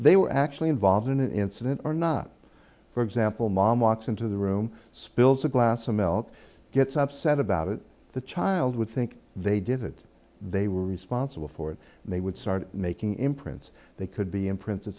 they were actually involved in an incident or not for example mom walks into the room spills a glass of milk gets upset about it the child would think they did it they were responsible for it and they would start making him and so they could be imprint